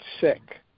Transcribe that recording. sick